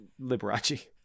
Liberace